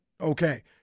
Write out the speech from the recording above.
okay